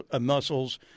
muscles